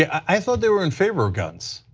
i thought they were in favor of guns.